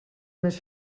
més